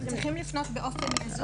צריכים לפנות באופן יזום,